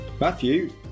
Matthew